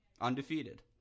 undefeated